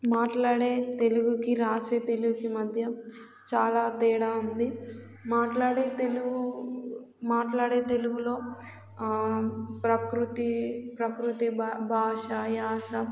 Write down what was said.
మాట్లాడే తెలుగుకి రాసే తెలుగుకి మధ్య చాలా తేడా ఉంది మాట్లాడే తెలుగు మాట్లాడే తెలుగులో ప్రకృతి ప్రకృతి భాష యాస